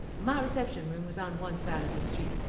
my reception-room was on one side of the street,